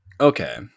Okay